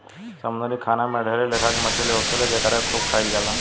समुंद्री खाना में ढेर लेखा के मछली होखेले जेकरा के खूब खाइल जाला